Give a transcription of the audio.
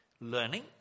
learning